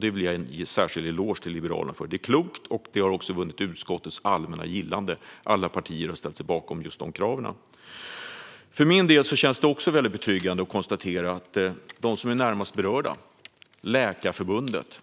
Det vill jag ge Liberalerna en särskild eloge för. Det är klokt, och det har också vunnit utskottets allmänna gillande - alla partier har ställt sig bakom dessa krav. För min del känns det också betryggande att konstatera att de som är närmast berörda - Läkarförbundet